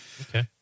Okay